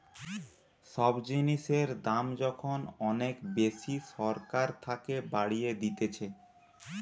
সব জিনিসের দাম যখন অনেক বেশি সরকার থাকে বাড়িয়ে দিতেছে